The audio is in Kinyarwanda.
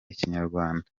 ikinyarwanda